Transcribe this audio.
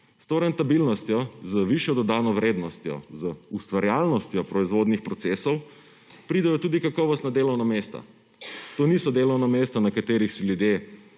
S to rentabilnostjo, z višjo dodano vrednostjo, z ustvarjalnostjo proizvodnih procesov pridejo tudi kakovostna delovna mesta. To niso delovna mesta, na katerih si ljudje